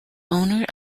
owner